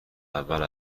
اول